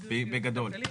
בגדול.